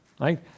right